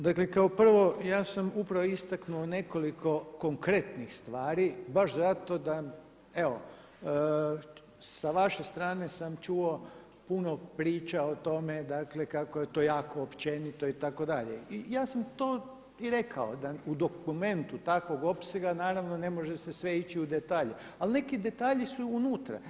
Dakle kao prvo ja sam upravo istaknuo nekoliko konkretnih stvari baš zato da evo, sa vaše strane sam čuo puno priča o tome dakle kako je to jako općenito itd. i ja sam to i rekao da u dokumentu takvog opsega naravno ne može se sve ići u detalje, ali neki detalji su unutra.